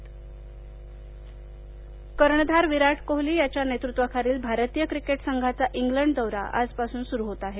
cricket कर्णधार विराट कोहली याच्या नेतृत्वाखालील भारतीय क्रिकेट संघाचा इंग्लंड दौरा आजपासून सुरू होत आहे